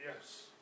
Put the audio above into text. yes